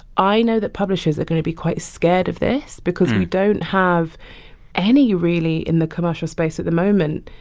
i know that publishers are going to be quite scared of this because we don't have any really, in the commercial space at the moment,